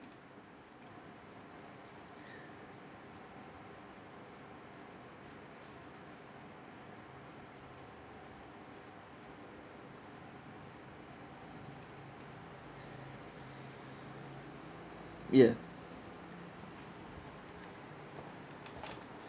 ya